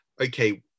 okay